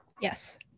Yes